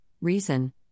Reason